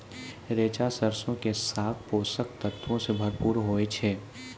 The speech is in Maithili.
रैचा सरसो के साग पोषक तत्वो से भरपूर होय छै